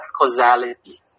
causality